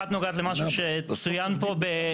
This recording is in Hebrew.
אחת נוגעת למשהו שצוין פה בדרך אגב.